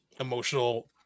emotional